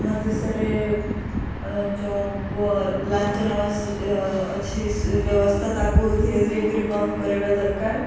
ଆମ ଦେଶରେ ଯେଉଁ ଲାଞ୍ଚ ନେବା ଅଛି ବ୍ୟବସ୍ଥା ତାକୁ ଧୀରେ ଧୀରେ କରି ବନ୍ଦ କରିବା ଦରକାର